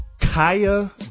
Kaya